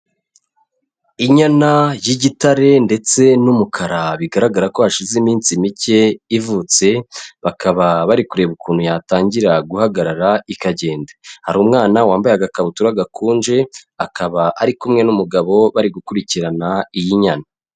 Inyana y'igitare ndetse n'umukara, bigaragara ko hashize iminsi mike ivutse, bakaba bari kureba ukuntu yatangira guhagarara ikagenda, hari umwana wambaye agakabutura gakunje, akaba ari kumwe n'umugabo bari gukurikirana iyi nyana.